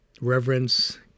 reverence